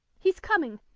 he's coming.